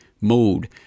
mode